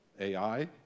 AI